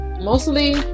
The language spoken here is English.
mostly